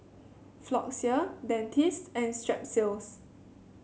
Floxia Dentiste and Strepsils